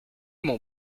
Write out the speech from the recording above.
mon